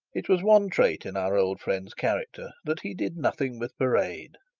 it was one trait in our old friend's character that he did nothing with parade.